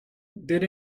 did